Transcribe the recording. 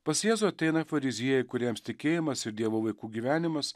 pas jėzų ateina fariziejai kuriems tikėjimas ir dievo vaikų gyvenimas